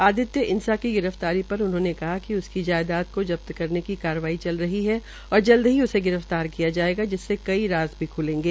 आदित्य इसां की गिरफ्तारी पर उन्होंने कहा कि उसकी जायदाद का जब्त करने की कार्रवाई चल रही है और जल्द ही उसे गिरफ्तार किया जायेगा जिससे कड़ु राज भी ख्लेंगे